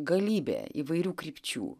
galybė įvairių krypčių